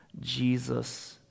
Jesus